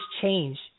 change